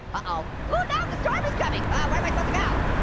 ah oh. now the storm is coming! ah where am i supposed to go?